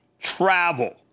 travel